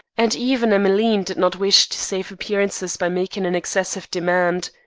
and even emmeline did not wish to save appearances by making an excessive demand.